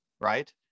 right